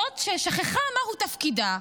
זאת ששכחה מהו תפקידה,